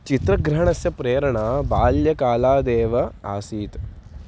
चित्रग्रहणस्य प्रेरणा बाल्यकालादेव आसीत्